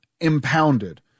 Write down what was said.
impounded